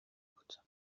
بود